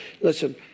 Listen